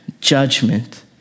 judgment